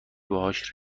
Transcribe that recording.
باهاش